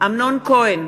אמנון כהן,